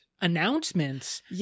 announcements